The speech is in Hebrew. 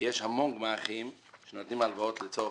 ויש המון גמ"חים שנותנים הלוואות לצורך